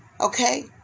Okay